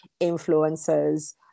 influencers